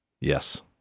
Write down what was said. Yes